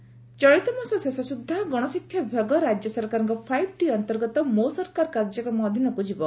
ଗଣଶିକ୍ଷା ବିଭାଗ ଚଳିତ ମାସ ଶେଷ ସୁଦ୍ଧା ଗଣଶିକ୍ଷା ବିଭାଗ ରାଜ୍ୟ ସରକାରଙ୍କ ଫାଇଭ୍ ଟି ଅନ୍ତର୍ଗତ ମୋ ସରକାର କାର୍ଯ୍ୟକ୍ରମ ଅଧୀନକୁ ଯିବ